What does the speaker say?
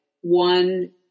one